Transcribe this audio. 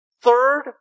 third